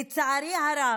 לצערי הרב,